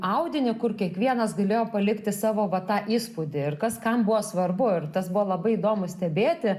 audinį kur kiekvienas galėjo palikti savo va tą įspūdį ir kas kam buvo svarbu ir tas buvo labai įdomu stebėti